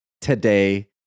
today